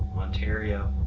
ontario.